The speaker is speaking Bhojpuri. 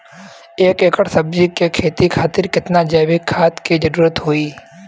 एक एकड़ सब्जी के खेती खातिर कितना जैविक खाद के जरूरत होई?